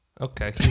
Okay